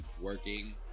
working